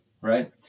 right